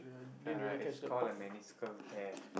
ya it's called a meniscal tear